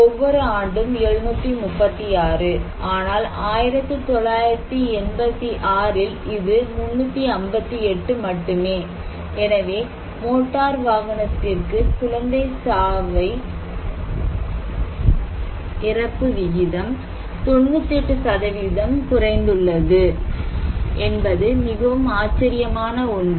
ஒவ்வொரு ஆண்டும் 736 ஆனால் 1986 இல் இது 358 மட்டுமே எனவே மோட்டார் வாகனத்திற்கு குழந்தை சாலை இறப்பு விகிதம் 98 குறைந்துள்ளது என்பது மிகவும் ஆச்சரியமான ஒன்று